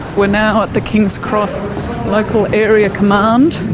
we are now at the kings cross local area command